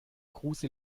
kruse